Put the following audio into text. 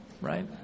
right